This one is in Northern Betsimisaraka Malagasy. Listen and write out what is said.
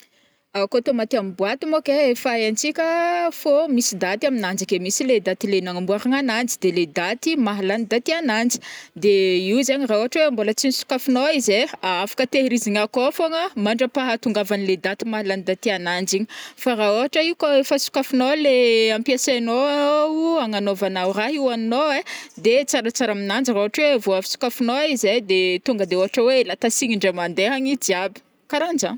Kô tomate am boite moka ai efa aintsika fô misy daty aminanjy ake misy le daty le nagnamboaragna ananjy de le daty maha lagny daty agnanjy, de io zegny ra ôhatra oe mbola tsy nosokafignô izy ai afaka tehirizigny akao fogna mandrapahatongavanle daty mahalany daty ananjy igny, fa ra ôhatra io kô fa sokafinô le ampiasainao agnanaovanao raha io ohagninao ai, de tsaratsara aminanjy ra ôtra oe vo avy sokafanô izy ai de tonga de ôhatra oe latasigny indray mandeha agny i jiaby, karanjagny.